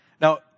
Now